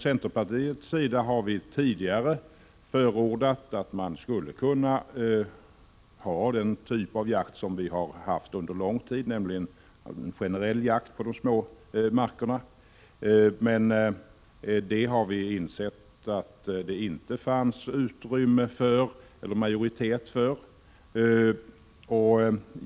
Centerpartiet har tidigare förordat att man skulle kunna ha den typ av jakt som har funnits under lång tid, nämligen en generell jakt på de små markerna. Men vi har insett att det inte finns majoritet för detta förslag.